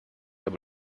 aber